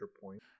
point